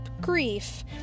grief